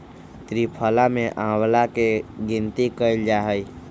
त्रिफला में आंवला के गिनती कइल जाहई